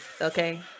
okay